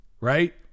right